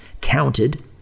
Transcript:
counted